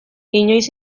inoiz